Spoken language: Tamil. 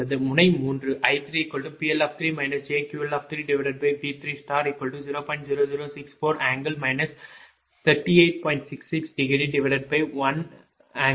முனை 3 i3PL3 jQL3V30